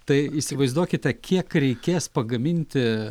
tai įsivaizduokite kiek reikės pagaminti